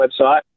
website